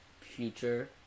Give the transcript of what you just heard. future